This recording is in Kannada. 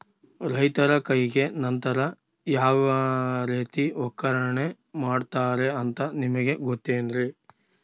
ರೈತರ ಕೈಗೆ ನಂತರ ಯಾವ ರೇತಿ ಒಕ್ಕಣೆ ಮಾಡ್ತಾರೆ ಅಂತ ನಿಮಗೆ ಗೊತ್ತೇನ್ರಿ?